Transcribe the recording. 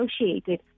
associated